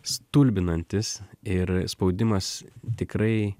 stulbinantis ir spaudimas tikrai